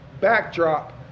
backdrop